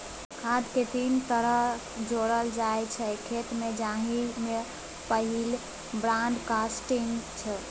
खाद केँ तीन तरहे जोरल जाइ छै खेत मे जाहि मे पहिल ब्राँडकास्टिंग छै